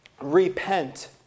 repent